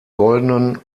goldenen